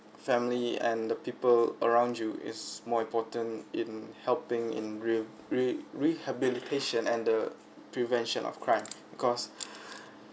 family and the people around you is more important in helping in real re rehabilitation and the prevention of crime because